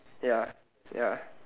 ya